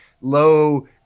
low